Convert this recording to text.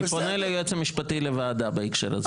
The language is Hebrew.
אני פונה ליועץ המשפטי לוועדה בהקשר הזה.